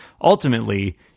ultimately